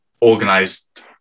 organized